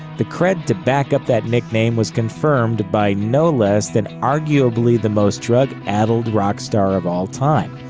the cred to back up that nickname was confirmed by no less than arguably the most drug-addled rock star of all time.